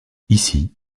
ici